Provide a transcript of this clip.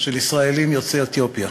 של ישראלים יוצאי אתיופיה.